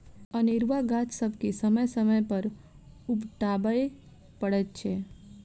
अनेरूआ गाछ सभके समय समय पर उपटाबय पड़ैत छै